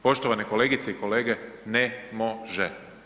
Poštovane kolegice i kolege, ne može.